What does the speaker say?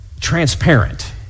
transparent